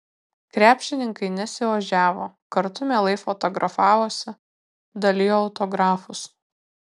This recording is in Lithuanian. krepšininkai nesiožiavo kartu mielai fotografavosi dalijo autografus